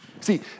See